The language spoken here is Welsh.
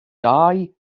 dau